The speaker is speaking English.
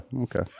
Okay